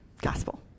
gospel